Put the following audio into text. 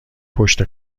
پشت